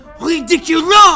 Ridiculous